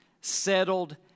settled